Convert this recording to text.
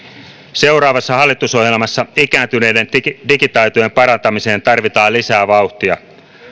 seuraavassa hallitusohjelmassa ikääntyneiden digitaitojen parantamiseen tarvitaan lisää vauhtia